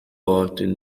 often